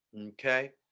okay